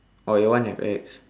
oh your one have X